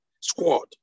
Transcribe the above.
squad